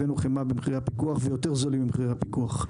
הבאנו חמאה במחיר הפיקוח ויותר זולים ממחיר הפיקוח.